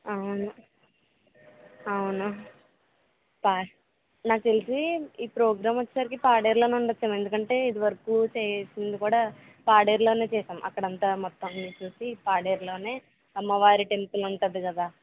అవును అవును ప నాకు తెలిసి ఈ ప్రోగ్రాం వచ్చేసరికి పాడేరులో ఉండవచ్చేమో ఎందుకంటే ఇదివరకు చేసింది కూడా పాడేరులోనే చేసాం అక్కడంతా మొత్తం చూసీ పాడేరులోనే అమ్మవారి టెంపుల్ ఉంటుంది కదా